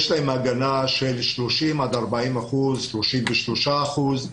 יש להם הגנה של 30 עד 40 אחוזים, 33 אחוזים,